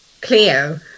Cleo